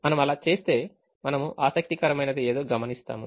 మనము అలా చేస్తే మనము ఆసక్తికరమైనది ఏదో గమనిస్తాము